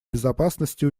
безопасности